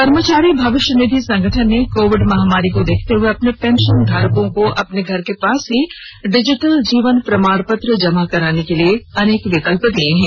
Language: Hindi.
कर्मचारी भविष्य निधि संगठन ने कोविड महामारी को देखते हुए अपने पेंशनधारकों को अपने घर के पास ही डिजिटल जीवन प्रमाण पत्र जमा कराने के लिए अनेक विकल्प दिए हैं